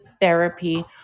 therapy